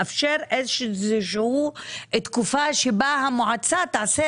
לאפשר איזה שהיא תקופה שבה המועצה תעשה